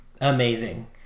Amazing